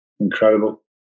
Incredible